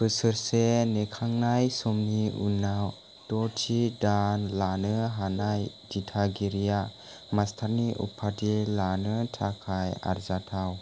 बोसोरसे नेखांनाय समनि उनाव द'थि दान लानो हानाय दिथागिरिया मास्टारनि उपाधि लानो थाखाय आरजाथाव